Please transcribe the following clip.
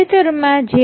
તાજેતરમાં જે